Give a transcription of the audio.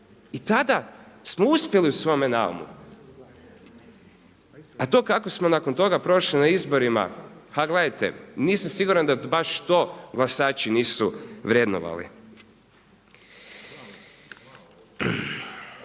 I tada smo uspjeli u svome naumu. A to kako smo nakon toga prošli na izborima pa gledajte nisam siguran da baš to glasači nisu vrednovali.